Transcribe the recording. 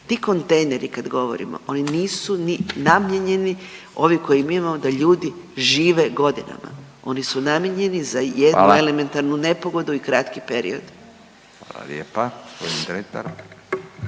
Ti kontejneri kad govorimo, oni nisu ni namijenjeni, ovi koje mi imamo da ljudi žive godinama. Oni su namijenjeni za jednu … …/Upadica Radin: Hvala./...